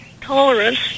tolerance